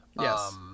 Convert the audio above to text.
Yes